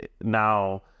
now